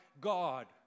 God